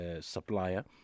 supplier